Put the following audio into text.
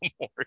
more